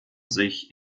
sich